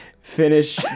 finish